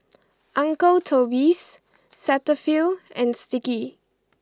Uncle Toby's Cetaphil and Sticky